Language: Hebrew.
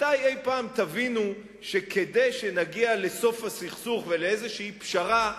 מתי אי-פעם הוא יבין שכדי שנגיע לסוף הסכסוך ולאיזו פשרה,